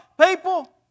people